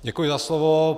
Děkuji za slovo.